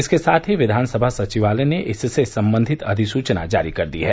इसके साथ ही विधानसभा सचिवालय ने इससे संबंधित अधिसूचना जारी कर दी है